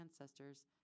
ancestors